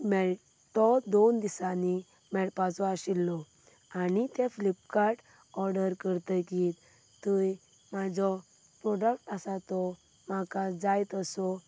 मेळ तो दोन दिसांनी मेळपाचो आशिल्लो आनी तें फ्लिपकार्ट ओर्डर करतकच थंय म्हजो प्रोडक्ट आसा तो म्हाका जाय तसो